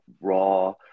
raw